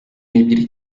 n’ebyiri